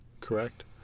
Correct